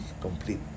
complete